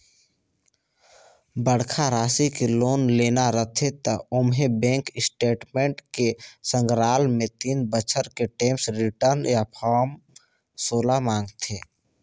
बड़खा रासि के लोन लेना रथे त ओम्हें बेंक स्टेटमेंट के संघराल मे तीन बछर के टेम्स रिर्टन य फारम सोला मांगथे